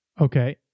okay